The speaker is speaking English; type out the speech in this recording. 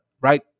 right